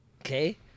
Okay